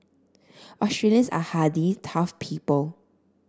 Australians are hardy tough people